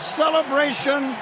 celebration